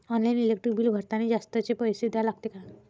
Online electric bill भरतानी जास्तचे पैसे द्या लागते का?